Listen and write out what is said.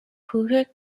höhe